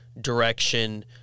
direction